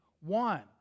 one